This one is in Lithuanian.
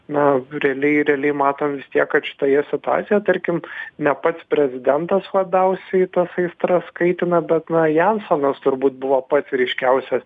na realiai realiai matom tiek kad šitoje situacijoje tarkim ne pats prezidentas labiausiai tas aistras kaitina bet na jansonas turbūt buvo pats ryškiausias